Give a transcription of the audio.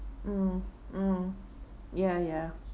mm mm ya ya